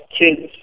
kids